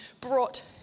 brought